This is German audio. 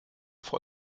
vor